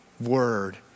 word